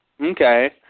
Okay